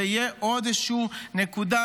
זו תהיה עוד איזושהי נקודה,